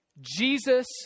Jesus